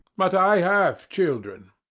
but i have children.